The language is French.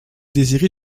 désirez